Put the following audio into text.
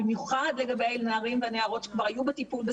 במיוחד לגבי הנערים והנערות שכבר היו בטיפול,